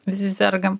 visi sergam